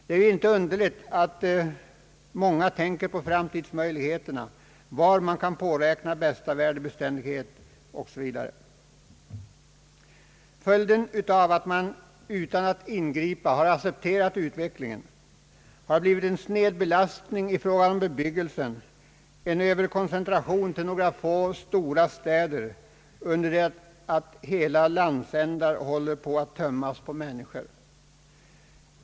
Det är inte underligt att många tänker på framtidsmöjligheterna, var man kan räkna på bästa värdebeständighet osv. Följden av att man accepterar utvecklingen utan att ingripa har blivit en snedbelastning i fråga om bebyggelsen, en överkoncentration till några få städer, under det att hela landsändar töms på människor.